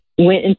Went